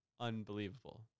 Unbelievable